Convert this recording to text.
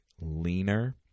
leaner